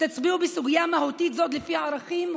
תצביעו בסוגיה מהותית זאת לפי ערכים הומניים,